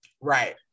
right